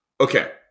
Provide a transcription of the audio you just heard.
Okay